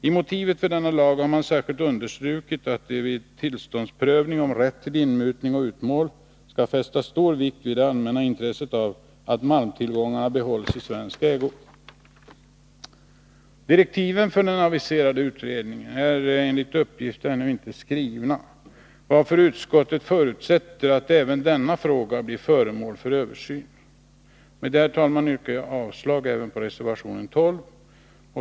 I motiven för denna lag har man särskilt understrukit att det vid tillståndsprövning om rätt till inmutning och utmål skall fästas stor vikt vid det allmänna intresset av att malmtillgångarna behålls i svensk ägo. Direktiven för den aviserade utredningen är enligt uppgift ännu inte skrivna, varför utskottet förutsätter att även denna fråga blir föremål för översyn. Med detta, herr talman, yrkar jag avslag även på reservation 12.